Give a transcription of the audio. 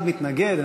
מתנגד אחד,